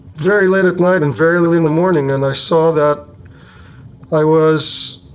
very late at night and very early in the morning, and i saw that i was,